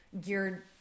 geared